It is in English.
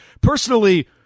personally